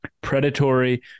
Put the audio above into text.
predatory